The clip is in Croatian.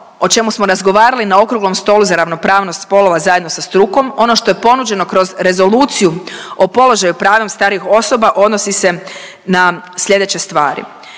o čemu smo razgovarali na okruglom stolu za ravnopravnost spolova zajedno sa strukom, ono što je ponuđeno kroz Rezoluciju o položaju i pravima starijih osoba odnosi se na sljedeće stvari.